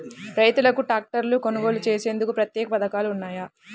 రైతులకు ట్రాక్టర్లు కొనుగోలు చేసేందుకు ప్రత్యేక పథకాలు ఉన్నాయా?